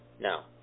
Now